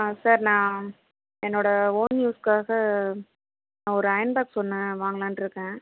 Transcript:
ஆ sir நான் என்னோட own யூஸ்க்காக நான் ஒரு அயர்ன் பாக்ஸ் ஒன்று வாங்கலாம்ட்டு இருக்கேன்